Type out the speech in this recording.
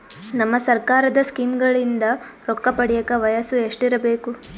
ನಮ್ಮ ಸರ್ಕಾರದ ಸ್ಕೀಮ್ಗಳಿಂದ ರೊಕ್ಕ ಪಡಿಯಕ ವಯಸ್ಸು ಎಷ್ಟಿರಬೇಕು?